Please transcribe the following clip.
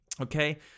Okay